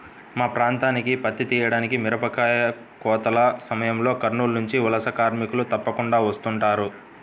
మా ప్రాంతానికి పత్తి తీయడానికి, మిరపకాయ కోతల సమయంలో కర్నూలు నుంచి వలస కార్మికులు తప్పకుండా వస్తుంటారు